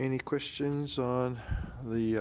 any questions on the